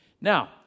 Now